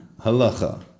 HaLacha